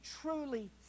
truly